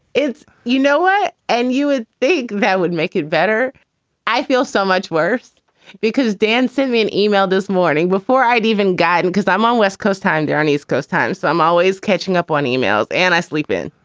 it's you know what? and you would think that would make it better i feel so much worse because dan sent me an email this morning before i'd even gotten because i'm on west coast time. they're on east coast time. so i'm always catching up on emails and i sleep in.